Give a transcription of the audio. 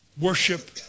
worship